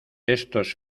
estos